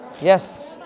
Yes